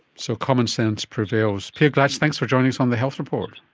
so common-sense prevails. pia glatz, thanks for joining us on the health report.